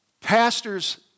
Pastor's